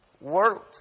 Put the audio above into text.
world